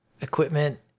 equipment